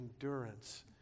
endurance